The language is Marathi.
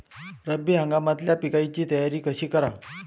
रब्बी हंगामातल्या पिकाइची तयारी कशी कराव?